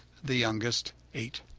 the youngest, eight.